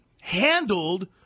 handled